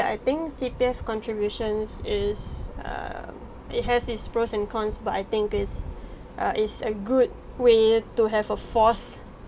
I think C_P_F contributions is um it has it's pros and cons but I think it's uh it's good way to have a forced